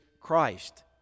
Christ